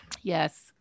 Yes